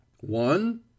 One